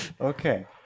Okay